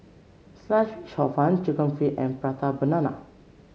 Sliced Fish Hor Fun chicken feet and Prata Banana